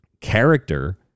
character